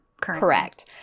Correct